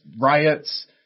riots